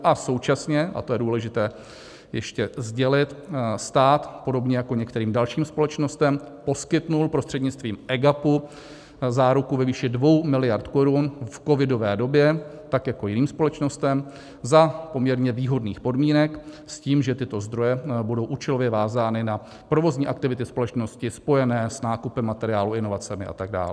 A současně a to je důležité ještě sdělit stát podobně jako některým dalším společnostem poskytl prostřednictvím EGAPu záruku ve výši 2 miliard korun v covidové době, tak jako jiným společnostem, za poměrně výhodných podmínek s tím, že tyto zdroje budou účelově vázány na provozní aktivity společnosti spojené s nákupem materiálu, inovacemi a tak dále.